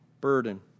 burden